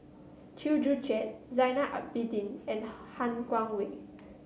Chew Joo Chiat Zainal Abidin and Han Guangwei